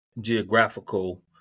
geographical